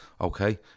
Okay